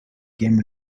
game